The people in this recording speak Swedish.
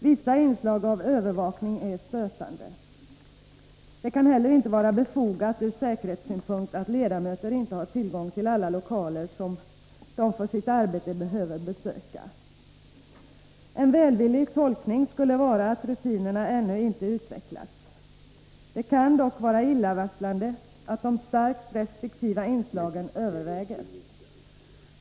Vissa inslag av övervakning är stötande. Det kan inte heller vara befogat ur säkerhetssynpunkt att ledamöter inte har tillgång till alla lokaler som de för sitt arbete behöver besöka. Med en välvillig tolkning skulle man kunna säga att rutinerna ännu inte utvecklats. Det kan dock vara illavarslande att de starkt restriktiva inslagen överväger.